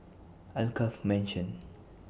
Alkaff Mansion